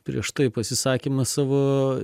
prieš tai pasisakyme savo